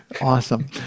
Awesome